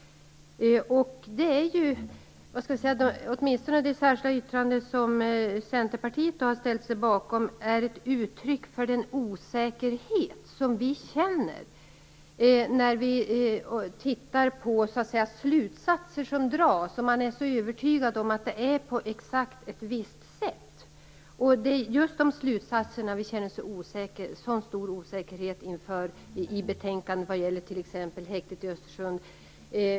Åtminstone det särskilda yttrande som vi i Centerpartiet har ställt oss bakom är ett uttryck för den osäkerhet som vi känner när vi tittar på slutsatser som dras, där man är övertygad om att det är exakt på ett visst sätt. Det är just dessa slutsatser vi känner så stor osäkerhet inför i betänkandet när det t.ex. gäller häktet i Östersund.